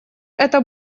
это